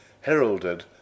heralded